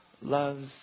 loves